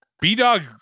B-Dog